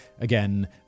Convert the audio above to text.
Again